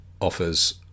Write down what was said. offers